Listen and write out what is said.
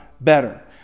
better